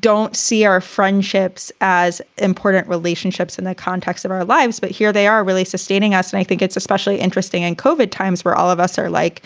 don't see our friendships as important relationships in the context of our lives. but here they are really sustaining us. and i think it's especially interesting and covid times for all of us are like,